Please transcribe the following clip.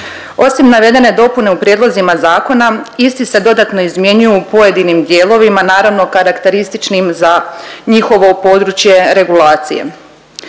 Osim navedene dopune u prijedlozima zakona isti se dodatno izmjenjuju u pojedinim dijelovima naravno karakterističnim za njihovo područje regulacije.